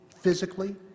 physically